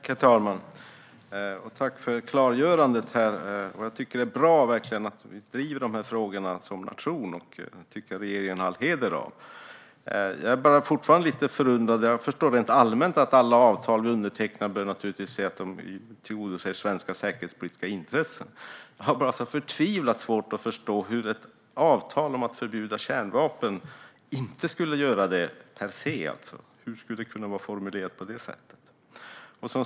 Herr talman! Jag tackar för klargörandet. Jag tycker verkligen att det är bra att vi driver de här frågorna som nation. Det har vi all heder av. Men jag är fortfarande lite förundrad. Jag förstår rent allmänt att alla avtal vi undertecknar naturligtvis bör tillgodose svenska säkerhetspolitiska intressen. Jag har bara så förtvivlat svårt att förstå hur ett avtal om att förbjuda kärnvapen inte skulle göra det per se. Hur skulle det kunna vara formulerat på det sättet?